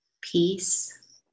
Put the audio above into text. Peace